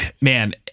man